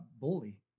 bully